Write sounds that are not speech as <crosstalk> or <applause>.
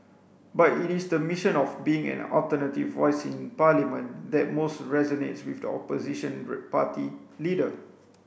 but it is the mission of being an alternative voice in Parliament that most resonates with the opposition <unintelligible> party leader